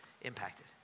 impacted